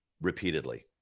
repeatedly